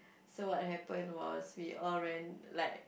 so what happened was we all ran like